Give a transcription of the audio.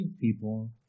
people